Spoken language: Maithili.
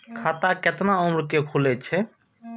खाता केतना उम्र के खुले छै?